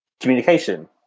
communication